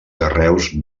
carreus